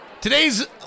Today's